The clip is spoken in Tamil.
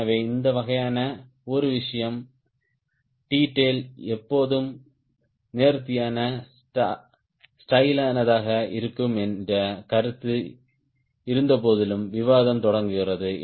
எனவே இந்த வகையான ஒரு விஷயம் T tail எப்போதும் நேர்த்தியான ஸ்டைலானதாக இருக்கும் என்ற கருத்து இருந்தபோதிலும் விவாதம் தொடர்கிறது